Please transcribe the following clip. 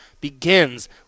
begins